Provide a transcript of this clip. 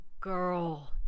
girl